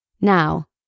Now